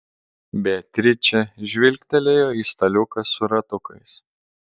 beatričė žvilgtelėjo į staliuką su ratukais